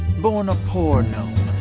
born a poor gnome,